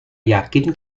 yakin